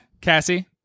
Cassie